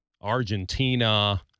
argentina